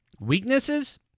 Weaknesses